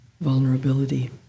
vulnerability